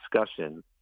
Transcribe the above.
discussion